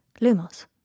Lumos